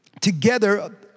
together